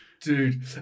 Dude